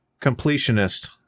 Completionist